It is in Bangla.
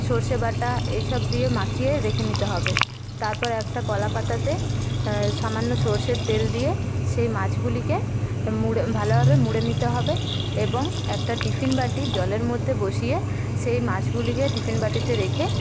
সর্ষেবাটা এইসব দিয়ে মাখিয়ে রেখে নিতে হবে তারপর একটা কলাপাতাতে সামান্য সর্ষের তেল দিয়ে সেই মাছগুলিকে ভালোভাবে মুড়ে নিতে হবে এবং একটা টিফিনবাটি জলের মধ্যে বসিয়ে সেই মাছগুলিকে টিফিন বাটিতে রেখে